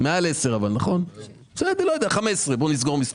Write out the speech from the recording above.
אבל מעל עשרה סעיפים, בואו נגיד 15 פלוס-מינוס.